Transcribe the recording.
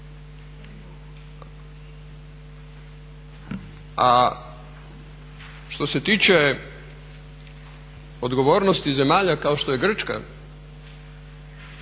A što se tiče odgovornosti zemalja kao što je Grčka,